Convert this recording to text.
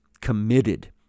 committed